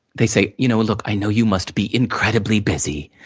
they say, you know look, i know you must be incredibly busy.